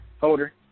holder